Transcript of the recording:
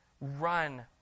Run